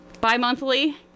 bi-monthly